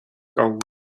gold